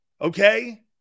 Okay